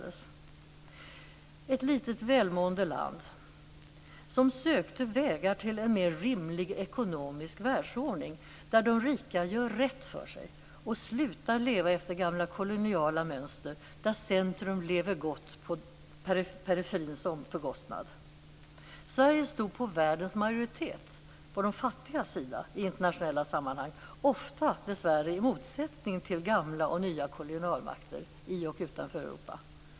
Det var ett litet välmående land som sökte vägar till en mer rimlig ekonomisk världsordning där de rika gör rätt för sig och slutar leva efter gamla koloniala mönster där centrum lever gott på periferins bekostnad. Sverige stod på världens majoritets, på de fattigas sida i internationella sammanhang, ofta dessvärre i motsättning till gamla och nya kolonialmakter i och utanför Europa.